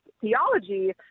theology